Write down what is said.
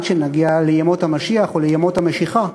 עד שנגיע לימות המשיח או לימות המשיחה,